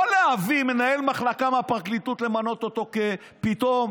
לא להביא מנהל מחלקה מהפרקליטות, למנות אותו פתאום